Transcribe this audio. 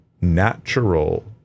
natural